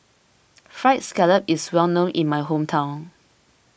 Fried Scallop is well known in my hometown